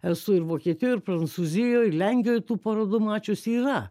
esu ir vokietijoj ir prancūzijoj lenkijoj tų parodų mačius yra